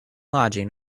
lodging